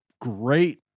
great